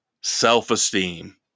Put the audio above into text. self-esteem